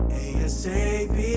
asap